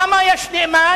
למה יש נאמן?